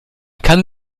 kann